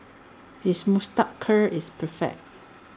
his moustache curl is perfect